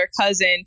cousin